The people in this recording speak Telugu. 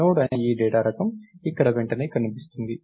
నోడ్ అనే డేటా రకం ఇక్కడ వెంటనే కనిపిస్తుంది